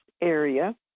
area